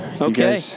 Okay